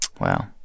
wow